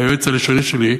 והיועץ הלשוני שלי,